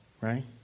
Right